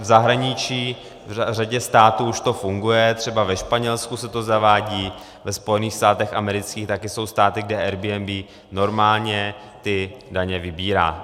V zahraničí v řadě států už to funguje, třeba ve Španělsku se to zavádí, ve Spojených státech amerických, taky jsou státy, kde Airbnb normálně ty daně vybírá.